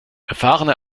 erfahrene